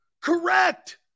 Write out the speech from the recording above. Correct